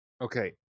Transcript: okay